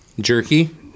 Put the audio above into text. Jerky